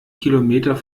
kilometer